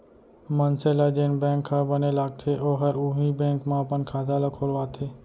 मनसे ल जेन बेंक ह बने लागथे ओहर उहीं बेंक म अपन खाता ल खोलवाथे